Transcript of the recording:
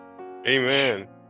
Amen